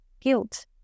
guilt